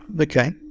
okay